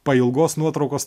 pailgos nuotraukos